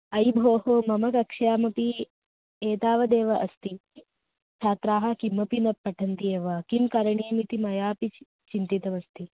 अयि भोः मम कक्ष्यायामपि एतावदेव अस्ति छात्राः किमपि न पठन्ति एव किं करणीयमिति मयापि चि चिन्तितवती